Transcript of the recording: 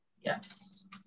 Yes